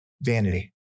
vanity